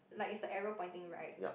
like is the arrow pointing right